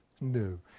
No